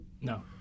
No